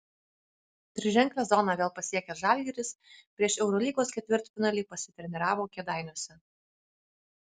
triženklę zoną vėl pasiekęs žalgiris prieš eurolygos ketvirtfinalį pasitreniravo kėdainiuose